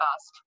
asked